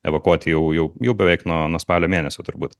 evakuoti jau jau jau beveik nuo nuo spalio mėnesio turbūt